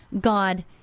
God